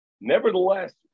nevertheless